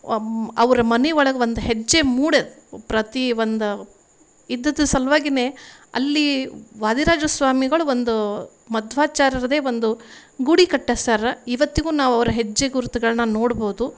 ಅವ್ರ ಮನೆ ಒಳಗೆ ಒಂದು ಹೆಜ್ಜೆ ಮೂಡಿ ಪ್ರತಿ ಒಂದು ಇದ್ದದ್ದು ಸಲ್ವಾಗಿಯೇ ಅಲ್ಲಿ ವಾದಿರಾಜ ಸ್ವಾಮಿಗಳು ಒಂದು ಮಧ್ವಾಚಾರ್ಯರದೇ ಒಂದು ಗುಡಿ ಕಟ್ಟಿಸಾರ ಇವತ್ತಿಗೂ ನಾವು ಅವ್ರ ಹೆಜ್ಜೆ ಗುರುತುಗಳನ್ನ ನೋಡ್ಬೋದು